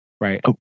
Right